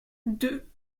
deux